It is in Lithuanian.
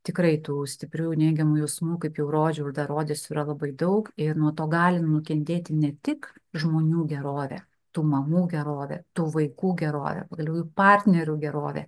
tikrai tų stiprių neigiamų jausmų kaip jau rodžiau rodysiu yra labai daug ir nuo to gali nukentėti ne tik žmonių gerovė tų mamų gerovė tų vaikų gerovė pagaliau jų partnerių gerovė